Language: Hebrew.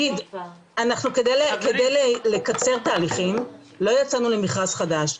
כדי לקצר תהליכים לא יצאנו למכרז חדש,